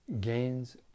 gains